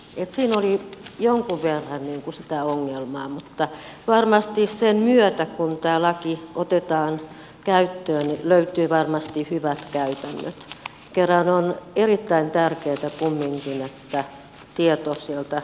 eli siinä oli jonkun verran sitä ongelmaa mutta varmasti sen myötä kun tämä laki otetaan käyttöön löytyy hyvät käytännöt kerran on erittäin tärkeätä kumminkin että tieto sieltä kouluterveydenhuollosta siirtyy myös sinne asianomaiseen terveyskeskukseen